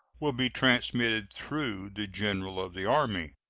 will be transmitted through the general of the army.